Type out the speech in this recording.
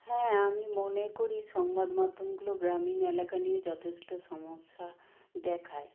হ্যাঁ আমি মনে করি সংবাদমাধ্যমগুলো গ্রামীণ এলাকা নিয়ে যথেষ্ট সমস্যা দেখায়